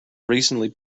recently